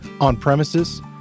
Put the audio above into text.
on-premises